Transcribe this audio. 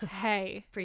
Hey